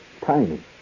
Timing